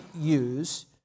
use